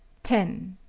ten.